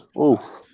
Oof